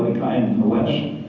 and in the west,